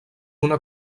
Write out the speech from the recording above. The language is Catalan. una